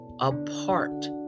apart